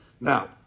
Now